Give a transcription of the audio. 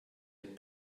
had